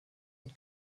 and